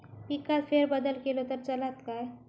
पिकात फेरबदल केलो तर चालत काय?